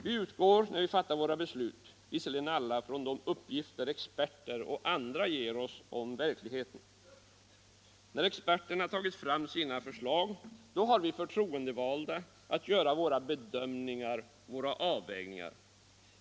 Vi utgår när vi fattar våra beslut visserligen alla från de uppgifter experter och andra ger oss om verkligheten. När experterna tagit fram sina förslag, har vi förtroendevalda att göra våra bedömningar och avvägningar.